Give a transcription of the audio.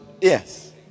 yes